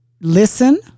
listen